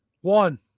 one